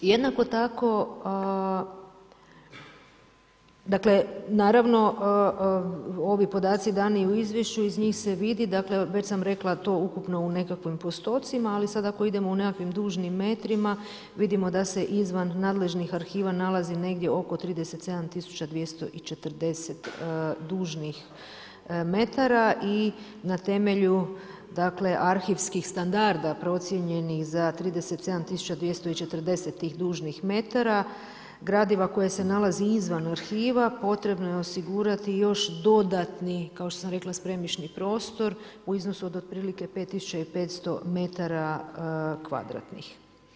Jednako tako, dakle naravno ovi podaci dani u izvješću, iz njih se vidi dakle, već sam rekla to ukupno u nekakvim postocima, ali sad ako idemo u nekakvim dužnim metrima, vidimo da se iznad nadležnih arhiva nalazi negdje oko 37 240 dužnih metara i na temelju arhivskih standarda procijenjenih za 37 240 tih dužnih metara gradiva koje se nalazi izvan arhiva, potrebno je osigurati još dodatni, kao što sam rekla, spremišni prostor u iznosu od otprilike 5500 metara kvadratnih.